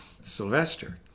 Sylvester